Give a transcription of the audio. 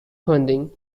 funding